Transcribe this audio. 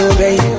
baby